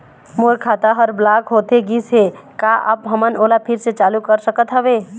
मोर खाता हर ब्लॉक होथे गिस हे, का आप हमन ओला फिर से चालू कर सकत हावे?